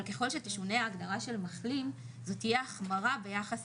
אבל ככל שתשונה ההגדרה של מחלים זו תהיה החמרה ביחס